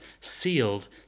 sealed